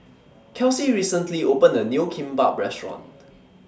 Kelsea recently opened A New Kimbap Restaurant